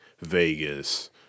Vegas